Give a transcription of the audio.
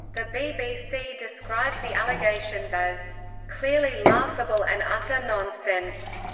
the bbc described the allegations as clearly laughable and utter nonsense.